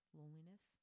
loneliness